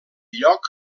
lloc